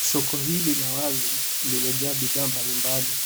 Soko hili la wazi limejaa bidhaa mbalimbali